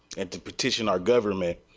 and to petition our government,